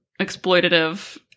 exploitative